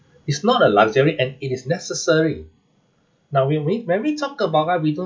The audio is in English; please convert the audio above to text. is not a luxury and it is necessary now when we when we talk art we don't